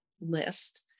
list